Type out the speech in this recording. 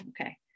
okay